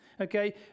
okay